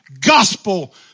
gospel